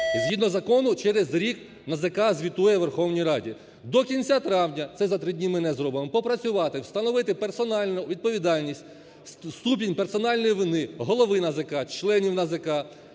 Згідно закону через рік НАЗК звітує Верховній Раді. До кінця травня, це за 3 дні ми не зробимо, попрацювати, встановити персональну відповідальність, ступінь персональної вини Голови НАЗК, членів НАЗК,